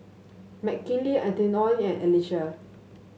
Mckinley Antione and Alesia